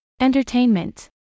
entertainment